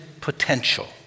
potential